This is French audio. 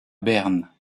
berne